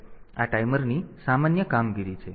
તેથી આ ટાઈમરની સામાન્ય કામગીરી છે